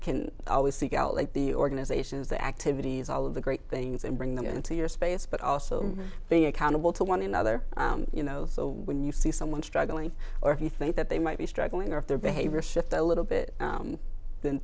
can always seek out like the organizations the activities all of the great things and bring them into your space but also be accountable to one another you know so when you see someone struggling or if you think that they might be struggling or if their behavior shifted a little bit